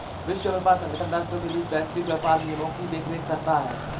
विश्व व्यापार संगठन राष्ट्रों के बीच वैश्विक व्यापार नियमों की देखरेख करता है